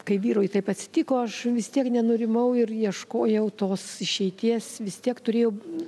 kai vyrui taip atsitiko aš vis tiek nenurimau ir ieškojau tos išeities vis tiek turėjau